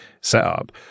setup